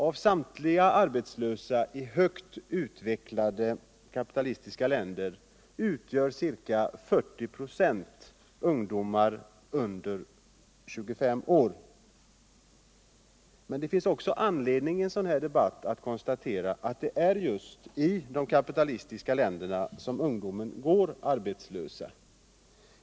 Av samtliga arbetslösa i högt utvecklade kapitalistiska länder utgör ca 40 96 ungdomar under 25 år. Men det finns i en sådan här debatt också anledning att konstatera att det är just i de kapitalistiska länderna som ungdomarna går arbetslösa.